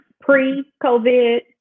pre-COVID